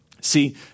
See